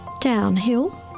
Downhill